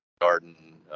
garden